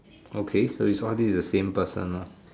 okay so you saw this as the same person ah